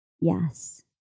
yes